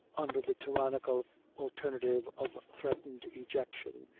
under the tyrannical alternative of threatened ejection,